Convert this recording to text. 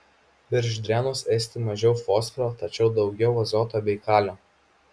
virš drenos esti mažiau fosforo tačiau daugiau azoto bei kalio